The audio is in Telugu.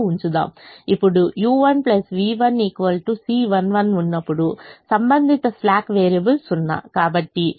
ఇప్పుడు u1 v1 C11 ఉన్నప్పుడు సంబంధిత స్లాక్ వేరియబుల్స్ 0